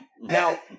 Now